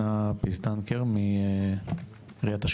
בבקשה.